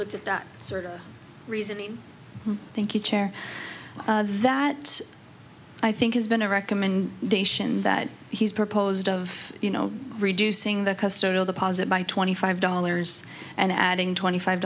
looked at that sort of reasoning thank you chair that i think has been a recommendation that he's proposed of you know reducing the cost of the posit by twenty five dollars and adding twenty five